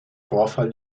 vorfall